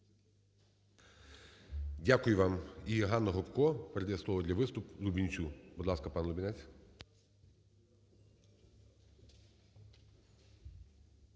Дякую вам. І ГаннаГопко передає слово для виступу Лубінцю. Будь ласка, пан Лубінець.